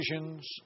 decisions